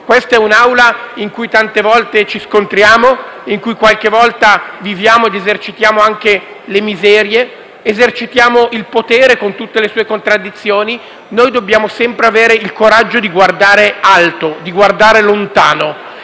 Questa è un'Aula in cui tante volte ci scontriamo, in cui qualche volta viviamo ed esercitiamo anche le miserie; esercitiamo il potere con tutte le sue contraddizioni. Noi dobbiamo sempre avere il coraggio di guardare alto, di guardare lontano;